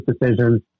decisions